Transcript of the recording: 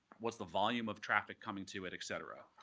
what's the volume of traffic coming to it, et cetera.